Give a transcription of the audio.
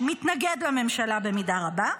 מתנגד לממשלה במידה רבה.